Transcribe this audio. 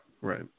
right